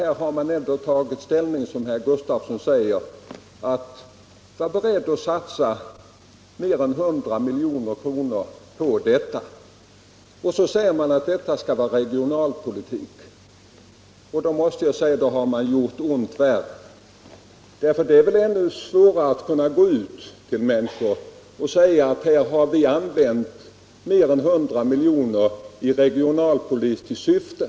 Här har man ändå, som herr Gustafsson säger, intagit en ställning som innebär att man är beredd att öka med mer än 100 milj.kr. Man säger sedan att detta sker av regionalpolitiska hänsyn. Men då har man gjort ont värre. Det är väl ändå svårare att kunna gå ut till medborgarna och säga: Nu har vi använt mer än 100 milj.kr. i regionalpolitiskt syfte.